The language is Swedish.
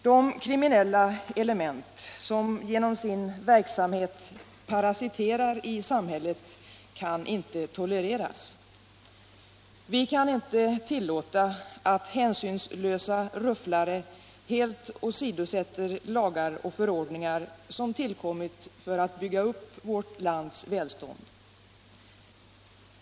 De kriminella element som genom sin verksamhet parasiterar i samhället kan inte tolereras. Vi kan inte tillåta att hänsynslösa rufflare helt åsidosätter lagar och förordningar som tillkommit för att bygga upp vårt lands välstånd.